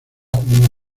una